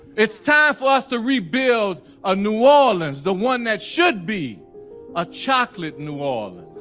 it's time for us to rebuild a new orleans, the one that should be a chocolate new orleans.